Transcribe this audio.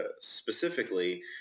specifically